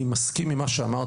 אני מסכים עם מה שאמרת,